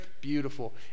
Beautiful